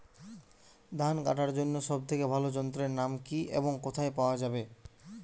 ধান কাটার জন্য সব থেকে ভালো যন্ত্রের নাম কি এবং কোথায় পাওয়া যাবে?